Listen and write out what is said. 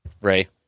Ray